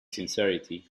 sincerity